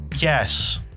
Yes